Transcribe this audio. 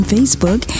Facebook